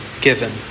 given